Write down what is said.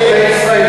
הכנסת הורוביץ,